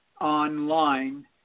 online